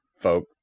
folk